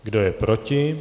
Kdo je proti?